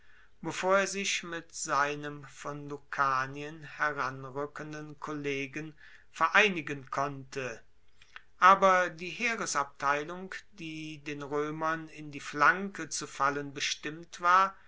bevor er sich mit seinem von lucanien heranrueckenden kollegen vereinigen konnte aber die heeresabteilung die den roemern in die flanke zu fallen bestimmt war